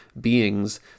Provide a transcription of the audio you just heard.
beings